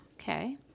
Okay